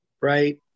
right